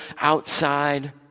outside